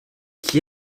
qui